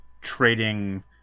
trading